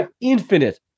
infinite